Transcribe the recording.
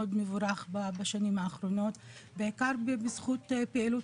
מאוד מבורך בשנים האחרונות בעיקר בזכות פעילות